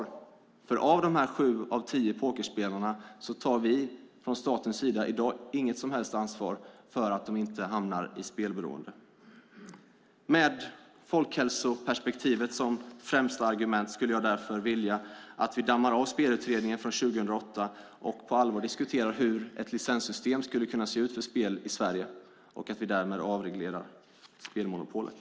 I dag tar vi från statens sida inget som helst ansvar för att de här sju av tio pokerspelarna inte hamnar i spelberoende. Med folkhälsoperspektivet som främsta argument skulle jag därför vilja att vi dammar av spelutredningen från 2008 och på allvar diskuterar hur ett licenssystem för spel i Sverige skulle kunna se ut och att vi därmed avreglerar spelmonopolet.